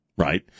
Right